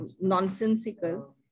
nonsensical